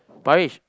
Parish